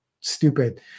stupid